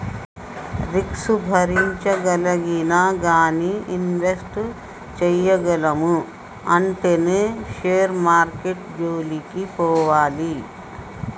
risk భరించగలిగినా గానీ invest చేయగలము అంటేనే షేర్ మార్కెట్టు జోలికి పోవాలి